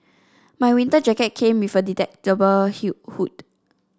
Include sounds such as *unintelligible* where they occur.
my winter jacket came with a detachable *unintelligible* hood